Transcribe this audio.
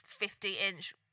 50-inch